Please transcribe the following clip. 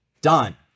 Done